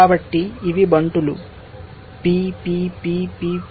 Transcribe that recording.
కాబట్టి ఇవి బంటులు P P P P P